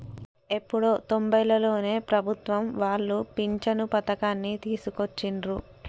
ఎప్పుడో తొంబైలలోనే ప్రభుత్వం వాళ్ళు పించను పథకాన్ని తీసుకొచ్చిండ్రు